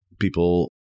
people